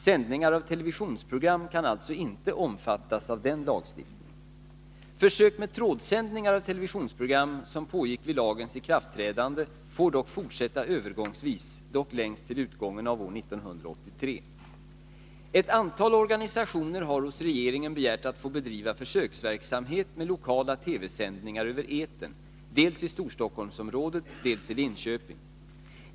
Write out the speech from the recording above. Sändningar av televisionsprogram kan alltså inte omfattas av denna lagstiftning. Försök med trådsändningar av televisionsprogram som pågick vid lagens ikraftträdande får dock fortsätta övergångsvis, dock längst till utgången av år 1983. Ett antal organisationer har hos regeringen begärt att få bedriva försöksverksamhet med lokala TV-sändningar över etern dels i Storstock holmsområdet, dels i Linköping.